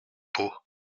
pots